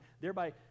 thereby